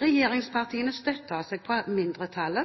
Regjeringspartiene